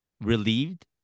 relieved